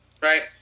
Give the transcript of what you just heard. Right